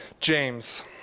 James